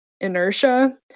inertia